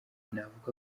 navuga